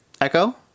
Echo